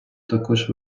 також